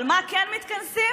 על מה כן מתכנסים?